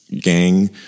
gang